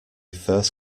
first